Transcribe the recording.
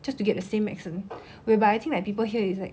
just to get the same medicine whereby I think like people here is like